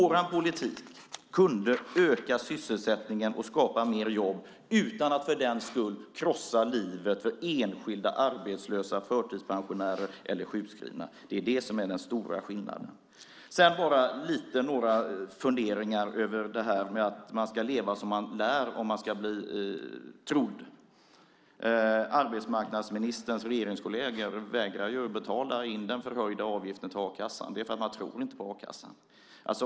Vår politik kunde öka sysselsättningen och skapa fler jobb utan att för den skull krossa livet för enskilda arbetslösa förtidspensionärer eller sjukskrivna. Det är den stora skillnaden. Jag har några funderingar över att man ska leva som man lär om man ska bli trodd. Arbetsmarknadsministerns regeringskolleger vägrar att betala in den förhöjda avgiften eftersom de inte tror på a-kassan.